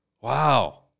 Wow